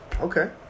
Okay